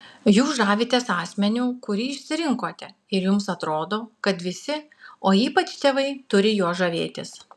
jūs žavitės asmeniu kurį išsirinkote ir jums atrodo kad visi o ypač tėvai turi juo žavėtis